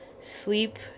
sleep